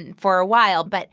and for a while, but